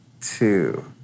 two